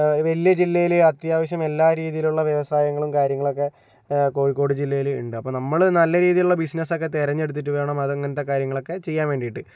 ഒരു വലിയ ജില്ലയില് അത്യാവശ്യം എല്ലാ രീതിയിലുള്ള വ്യവസായങ്ങളും കാര്യങ്ങളും ഒക്കെ കോഴിക്കോട് ജില്ലയിൽ ഉണ്ട് അപ്പോൾ നമ്മള് നല്ല രീതിയിലുള്ള ബിസിനസ്സൊക്കെ തിരഞ്ഞെടുത്തിട്ട് വേണം അത് അങ്ങനത്തെ കാര്യങ്ങളൊക്കെ ചെയ്യാൻ വേണ്ടിയിട്ട്